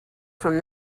from